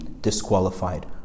disqualified